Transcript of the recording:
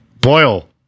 Boil